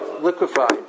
liquefied